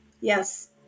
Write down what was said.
Yes